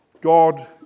God